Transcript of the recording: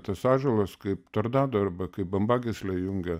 tas ąžuolas kaip tornado arba kaip bambagyslė jungia